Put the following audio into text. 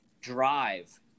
drive